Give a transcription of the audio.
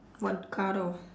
what car door